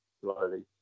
slowly